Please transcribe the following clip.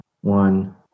one